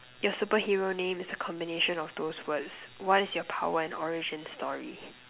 your superhero name is a combination of those words what is your power and origin story